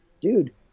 dude